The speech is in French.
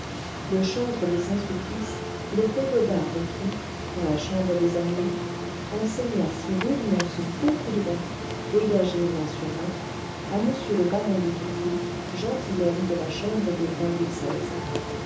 le chantre de saint-sulpice le prévôt d'armes qui dans la chambre des amours enseigna si rudement ce beau coup droit dégagé main sur main à m le baron de guitry gentilhomme de la chambre du roi louis